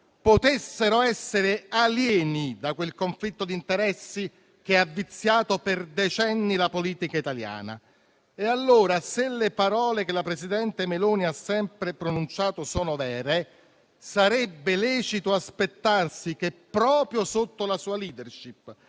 potessero essere alieni da quel conflitto di interessi che ha viziato per decenni la politica italiana. Allora, se le parole che la presidente Meloni ha sempre pronunciato sono vere, sarebbe lecito aspettarsi che proprio sotto la sua *leadership*